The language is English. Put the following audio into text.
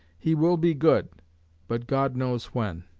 he will be good but god knows when